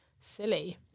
silly